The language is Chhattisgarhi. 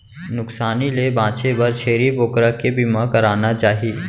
नुकसानी ले बांचे बर छेरी बोकरा के बीमा कराना चाही